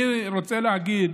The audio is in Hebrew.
אני רוצה להגיד,